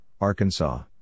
Arkansas